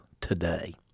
today